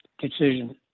decision